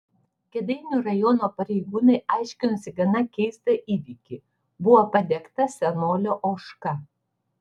kėdainių rajono pareigūnai aiškinosi gana keistą įvykį buvo padegta senolio ožka